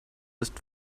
ist